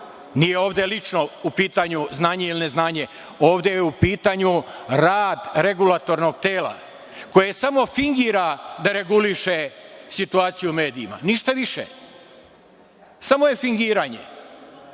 Nije ovde lično u pitanju znanje ili neznanje, ovde je u pitanju rad regulatornog tela koje samo fingira da reguliše situaciju u medijima, ništa više. Samo je fingiranje. Rade